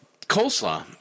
coleslaw